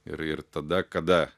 ir ir tada kada